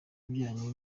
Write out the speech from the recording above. byanyu